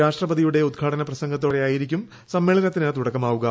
രാഷ്ട്രപതിയുടെ ഉത്ഘാടന പ്രസംഗത്തോടെയായിരിക്കും സമ്മേളനത്തിന് തുടക്കമാകുക